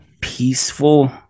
peaceful